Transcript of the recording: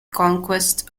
conquest